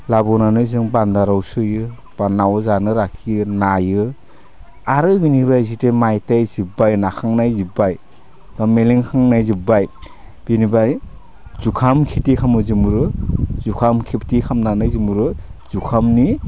लाबोनानै जों बान्दाराव सोयो बा न'आव जानो लाखियो नायो आरो बिनिफ्राय जितिया माइ थाइ जोब्बाय नाखांनाय जोबबाय मेलेंखांनाय जोब्बाय बिनिफाय जुखाम खिथि खालामो जोंबो जुखाम खिथि खामनानै जोंबो जुखामनि